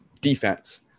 defense